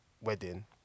wedding